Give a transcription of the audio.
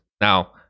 Now